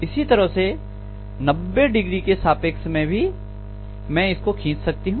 इसी तरह से 90Oके सापेक्ष में भी मैं इसको खींच सकती हूं